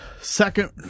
second